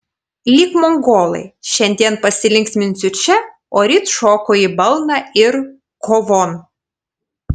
lyg mongolai šiandien pasilinksminsiu čia o ryt šoku į balną ir kovon